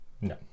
No